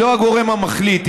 היא לא הגורם המחליט,